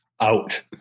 Out